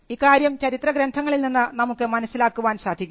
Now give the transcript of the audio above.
ഇക്കാര്യം ചരിത്ര ഗ്രന്ഥങ്ങളിൽ നിന്ന് നമുക്ക് മനസ്സിലാക്കാൻ സാധിക്കും